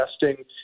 investing